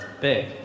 big